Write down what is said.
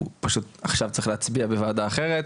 הוא פשוט עכשיו צריך להצביע בוועדה אחרת,